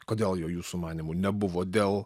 kodėl jo jūsų manymu nebuvo dėl